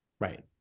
right